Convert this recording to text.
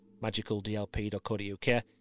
magicaldlp.co.uk